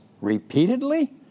repeatedly